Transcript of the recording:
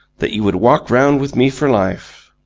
that you would walk round with me for life!